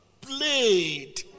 played